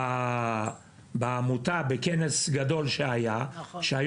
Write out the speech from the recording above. בעמותה בכנס גדול שהיה.